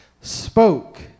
spoke